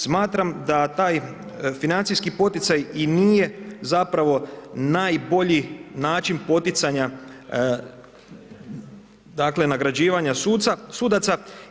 Smatram da taj financijski poticaj i nije zapravo najbolji način poticanja dakle nagrađivanja sudaca.